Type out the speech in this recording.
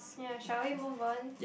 ya shall we move on